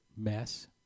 mess